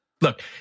look